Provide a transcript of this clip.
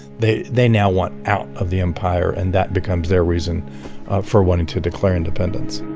they they now want out of the empire and that becomes their reason for wanting to declare independence.